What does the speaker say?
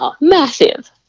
Massive